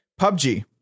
PUBG